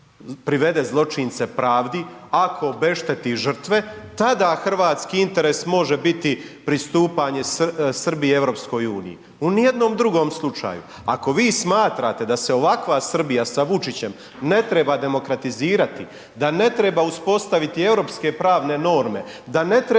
privede zločince pravdi, ako obešteti žrtve, tada hrvatski interes može biti pristupanje Srbije EU, u nijednom drugom slučaju. Ako vi smatrate da se ovakva Srbija sa Vučićem ne treba demokratizirati, da ne treba uspostaviti europske pravne norme, da ne treba